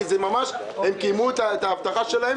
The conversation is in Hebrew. כי הם קיימו את ההבטחה שלהם